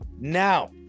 Now